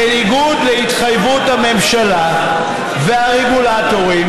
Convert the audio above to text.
בניגוד להתחייבות הממשלה והרגולטורים,